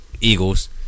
Eagles